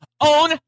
Own